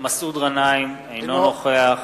מסעוד גנאים, אינו נוכח